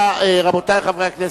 רבותי חברי הכנסת,